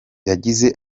yagize